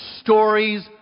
stories